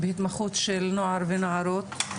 בהתמחות של נוער ונערות.